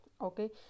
Okay